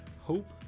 Hope